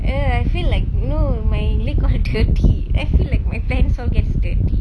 err I feel like you know my leg gonna dirty I feel like my pants all gets dirty